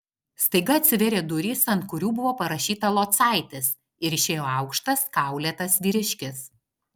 staiga atsivėrė durys ant kurių buvo parašyta locaitis ir išėjo aukštas kaulėtas vyriškis